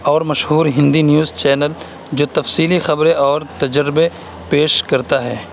اور مشہور Hindi news channel جو تفصیلی خبریں اور تجربے پیش کرتا ہے